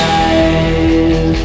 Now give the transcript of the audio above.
eyes